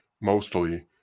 mostly